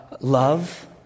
love